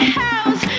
house